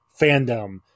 fandom